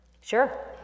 sure